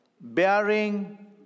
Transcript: Bearing